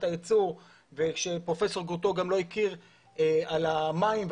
היצור ושפרופ' גרוטו גם לא הכיר על המים,